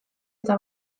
eta